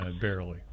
Barely